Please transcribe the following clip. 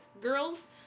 Girls